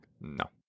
no